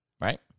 Right